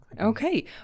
Okay